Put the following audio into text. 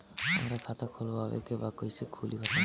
हमरा खाता खोलवावे के बा कइसे खुली बताईं?